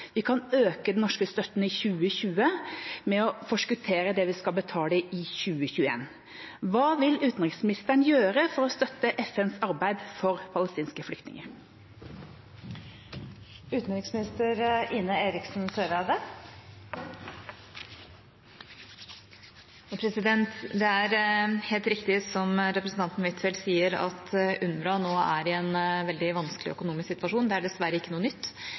vi kan øke den norske støtten i 2020 med å forskuttere det vi skal betale i 2021. Hva vil utenriksministeren gjøre for å støtte FNs arbeid for palestinske flyktninger? Det er helt riktig som representanten Huitfeldt sier, at UNRWA nå er i en veldig vanskelig økonomisk situasjon. Det er dessverre ikke noe nytt;